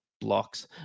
blocks